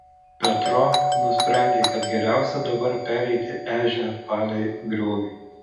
petro nusprendė kad geriausia dabar pereiti ežią palei griovį